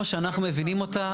כמו שאנחנו מבינים אותה,